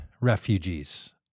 refugees